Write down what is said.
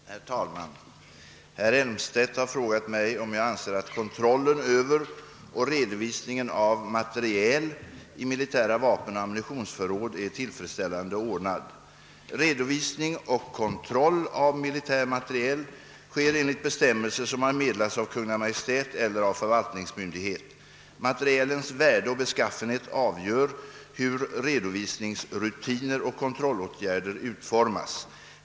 Herr talman! Herr Elmstedt har frågat mig, om jag anser att kontrollen över och redovisningen av materiel i militära vapenoch ammunitionsförråd är tillfredsställande ordnad. Redovisning och kontroll av militär materiel sker enligt bestämmelser som har meddelats av Kungl. Maj:t eller av förvaltningsmyndighet. Materielens värde och beskaffenhet avgör hur redovisningsrutiner och kontrollåtgärder utformas.